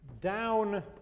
Down